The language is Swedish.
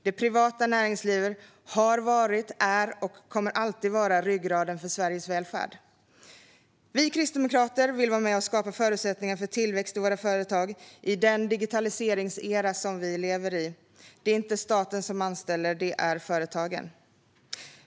Det privata näringslivet har varit, är och kommer alltid att vara ryggraden för Sveriges välfärd. Vi kristdemokrater vill vara med och skapa förutsättningar för tillväxt i våra företag i den digitaliseringsera som vi lever i. Det är inte staten som anställer, utan det är företagen.